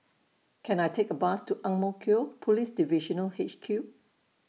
Can I Take A Bus to Ang Mo Kio Police Divisional H Q